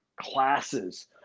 classes